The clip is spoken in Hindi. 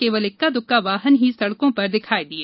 केयल इक्का दुक्का वाहन ही सड़कों पर दिखाई दिए